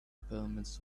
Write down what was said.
pyramids